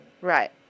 Right